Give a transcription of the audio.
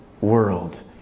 world